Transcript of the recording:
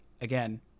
again